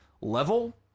Level